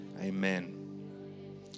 Amen